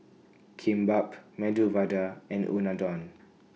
Kimbap Medu Vada and Unadon